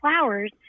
flowers